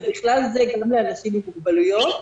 ובכלל זה גם לאנשים עם מוגבלויות.